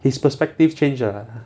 his perspective changed ah